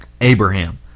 Abraham